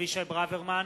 אבישי ברוורמן,